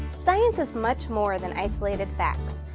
science is much more than isolated facts.